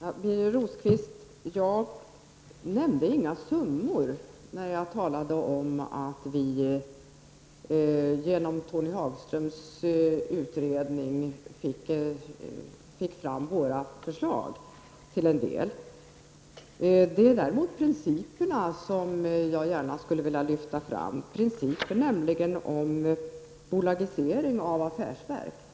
Herr talman! Jag nämnde, Birger Rosqvist, inga summor när jag talade om att vi till en del fick fram våra förslag genom Tony Hagströms utredning. Jag skulle däremot gärna vilja lyfta fram principerna, nämligen de principer som handlar om bolagisering av affärsverk.